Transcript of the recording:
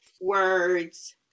words